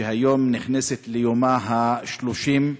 שהיום נכנסת ליומה ה-30,